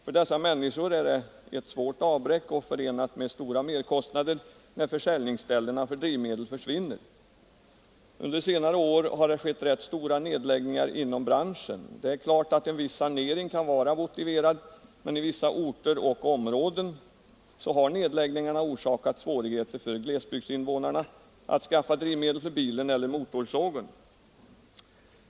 För människorna i dessa bygder är det ett svårt avbräck och förenat med stora merkostnader när försäljningsställena för drivmedel försvinner. Under senare år har det skett rätt stora nedläggningar inom branschen. Det är klart att en viss sanering kan vara motiverad, men på vissa orter och i vissa områden har nedläggningarna orsakat svårigheter för glesbygdsinvånarna att skaffa drivmedel för bilen eller motorsågen.